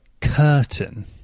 curtain